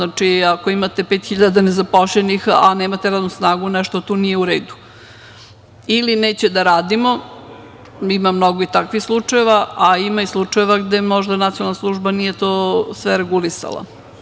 Ako imate 5.000 nezapošljenih, a nemate radnu snagu, nešto tu nije u redu ili neće da rade, ima i takvih slučajeva, a ima i slučajeva gde nacionalna služba nije to sve regulisala.